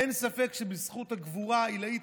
אין ספק שבזכות הגבורה העילאית,